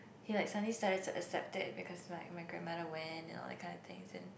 he like suddenly started to accept it because like my grandmother went you know that kind of things and